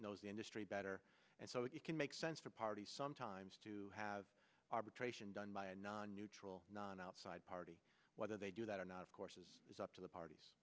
knows the industry better and so he can make sense to a party sometimes to have arbitration done by a non neutral non outside party whether they do that or not of course is it's up to the parties